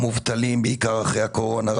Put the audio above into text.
מובטלים בעיקר אחרי הקורונה.